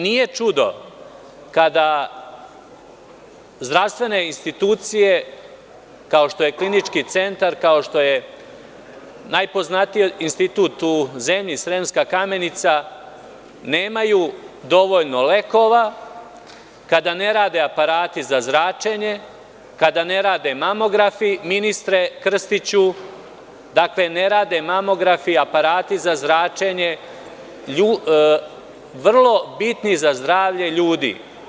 Nije čudo kada zdravstvene institucije, kao što je „Klinički centar“, kao što je najpoznatiji institut u zemlji „Sremska kamenica“, nemaju dovoljno lekova, kada ne rade aparati za zračenje, kada ne rade mamografi, ministre Krstiću, vrlo bitni za zdravlje ljudi.